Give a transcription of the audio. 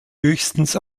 höchstens